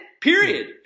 Period